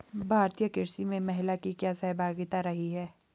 भारतीय कृषि में महिलाओं की क्या सहभागिता रही है?